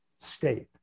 state